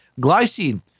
Glycine